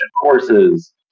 courses